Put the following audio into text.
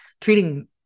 treating